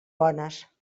bones